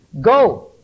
Go